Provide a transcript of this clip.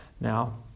Now